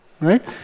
right